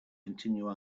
continue